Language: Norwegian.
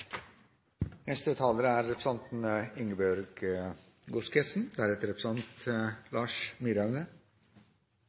Neste taler er representanten